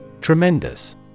Tremendous